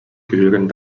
gehören